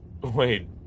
Wait